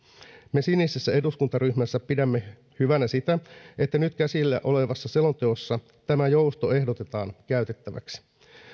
me sinisessä eduskuntaryhmässä pidämme hyvänä sitä että nyt käsillä olevassa selonteossa tämä jousto ehdotetaan käytettäväksi